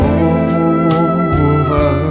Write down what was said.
over